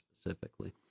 specifically